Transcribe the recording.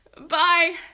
Bye